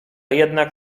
jednak